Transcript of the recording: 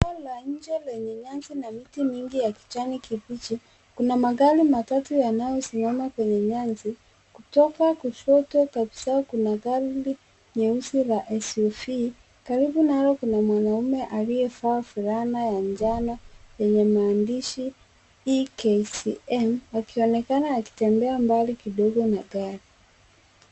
Eneo la nje lenye nyasi na miti mingi ya kijani kibichi. Kuna magari matatu yanayosimama kwenye nyasi Kutoka kushoto kabisa kuna gari nyeusi la SUV . Karibu nalo kuna mwanaume aliyevaa fulana ya njano yenye maandishi E-KSN akionekana akitembea mbali kidogo na gari.